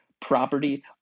property